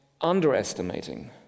underestimating